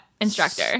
instructor